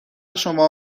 شما